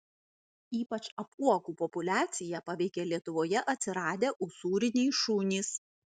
ypač apuokų populiaciją paveikė lietuvoje atsiradę usūriniai šunys